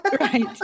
Right